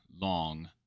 long